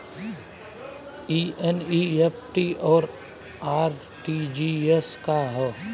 ई एन.ई.एफ.टी और आर.टी.जी.एस का ह?